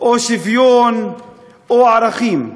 שוויון או ערכים,